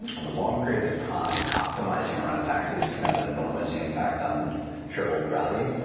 over long periods of time, optimizing around taxes can have an enormous impact on shareholder value,